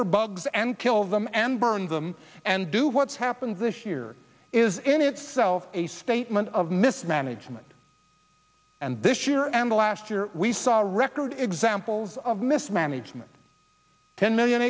her bugs and kill them and burn them and do what's happened this year is in itself a statement of mismanagement and this year and last year we saw a record examples of mismanagement ten million